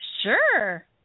Sure